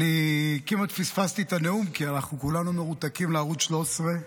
כמעט פספסנו את הנאום כי כולנו מרותקים לערוץ 13,